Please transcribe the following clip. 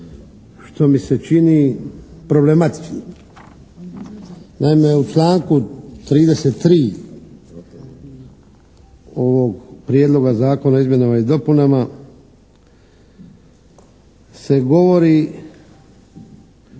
što mi se čini problematičnim. Naime, u članku 33. ovog prijedloga zakona o izmjenama i dopunama se govori